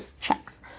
checks